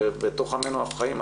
בתוך עמנו אנחנו חיים,